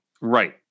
Right